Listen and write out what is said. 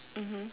mmhmm